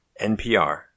NPR